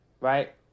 right